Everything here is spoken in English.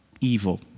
evil